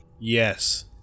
Yes